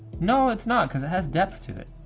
no, it's not cause it has depth to it.